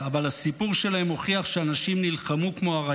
אבל הסיפור שלהם מוכיח שאנשים נלחמו כמו אריות.